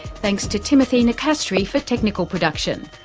thanks to timothy nicastri for technical production.